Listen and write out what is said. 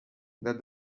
that